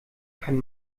kein